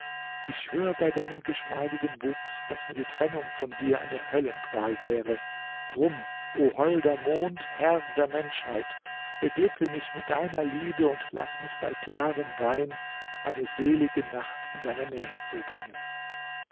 ich schwör bei deinem geschmeidigen wuchs daß mir die trennung von dir eine höllenqual wäre drum o holder mond herr der menschheit beglücke mich mit deiner liebe und laß mich bei klarem wein eine selige nacht in deiner nähe zubringen